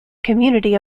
community